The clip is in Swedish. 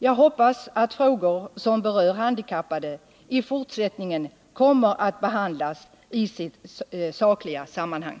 Jag hoppas att frågor som berör handikappade i fortsättningen kommer att behandlas i sitt sakliga sammanhang.